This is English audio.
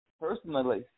Personally